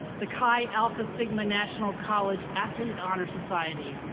the chi alpha sigma national college athlete honor society,